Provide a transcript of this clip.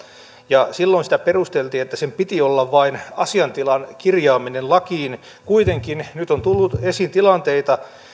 ja silloin sitä perusteltiin niin että sen piti olla vain asiantilan kirjaaminen lakiin kuitenkin nyt on tullut esiin tilanteita